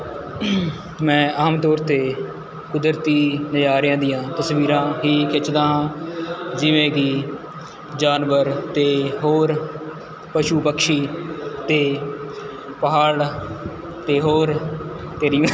ਮੈਂ ਆਮ ਤੌਰ 'ਤੇ ਕੁਦਰਤੀ ਨਜ਼ਾਰਿਆਂ ਦੀਆਂ ਤਸਵੀਰਾਂ ਹੀ ਖਿੱਚਦਾ ਜਿਵੇਂ ਕਿ ਜਾਨਵਰ ਅਤੇ ਹੋਰ ਪਸ਼ੂ ਪਕਸ਼ੀ ਅਤੇ ਪਹਾੜ ਅਤੇ ਹੋਰ ਤੇਰੀ